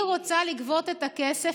היא רוצה לגבות את הכסף,